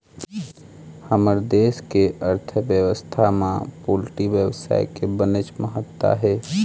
हमर देश के अर्थबेवस्था म पोल्टी बेवसाय के बनेच महत्ता हे